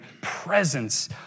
presence